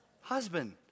husband